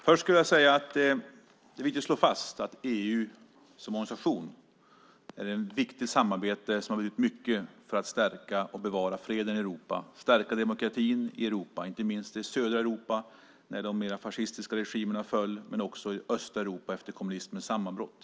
Fru talman! Jag vill slå fast att EU som organisation utgör ett viktigt samarbete som har gjort mycket för att stärka och bevara freden i Europa, stärka demokratin i Europa - inte minst i södra Europa när de mer fascistiska regimerna föll men också i östra Europa efter kommunismens sammanbrott.